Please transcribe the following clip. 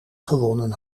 gewonnen